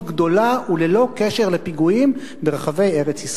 גדולה וללא קשר לפיגועים ברחבי ארץ-ישראל.